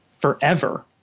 forever